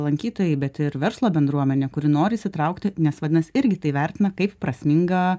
lankytojai bet ir verslo bendruomenė kuri nori įsitraukti nes vadinasi irgi tai vertina kaip prasmingą